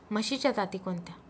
म्हशीच्या जाती कोणत्या?